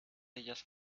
ellas